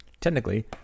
Technically